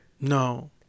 No